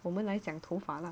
我们来讲头发 lah